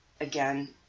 again